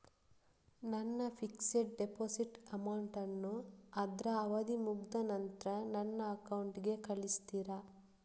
ನನ್ನ fixed deposit amount ಅನ್ನು ಅದ್ರ ಅವಧಿ ಮುಗ್ದ ನಂತ್ರ ನನ್ನ ಅಕೌಂಟ್ ಗೆ ಕಳಿಸ್ತೀರಾ?